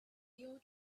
your